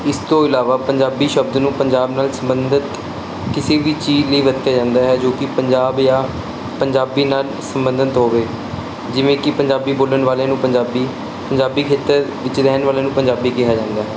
ਇਸ ਤੋਂ ਇਲਾਵਾ ਪੰਜਾਬੀ ਸ਼ਬਦ ਨੂੰ ਪੰਜਾਬ ਨਾਲ ਸੰਬੰਧਿਤ ਕਿਸੀ ਵੀ ਚੀਜ਼ ਲਈ ਵਰਤਿਆ ਜਾਂਦਾ ਹੈ ਜੋ ਕੀ ਪੰਜਾਬ ਜਾਂ ਪੰਜਾਬੀ ਨਾਲ ਸੰਬੰਧਨ ਹੋਵੇ ਜਿਵੇਂ ਕੀ ਪੰਜਾਬੀ ਬੋਲਣ ਵਾਲੇ ਨੂੰ ਪੰਜਾਬੀ ਪੰਜਾਬੀ ਖੇਤਰ ਵਿੱਚ ਰਹਿਣ ਵਾਲੇ ਨੂੰ ਪੰਜਾਬੀ ਕਿਹਾ ਜਾਂਦਾ ਹੈ